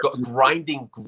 grinding